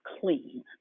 clean